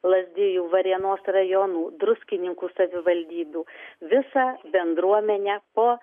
lazdijų varėnos rajonų druskininkų savivaldybių visą bendruomenę po